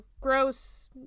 gross